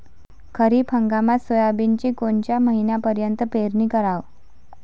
खरीप हंगामात सोयाबीनची कोनच्या महिन्यापर्यंत पेरनी कराव?